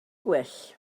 gwell